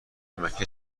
مکه